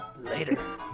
Later